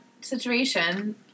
situation